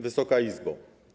Wysoka Izbo!